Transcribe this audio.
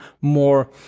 more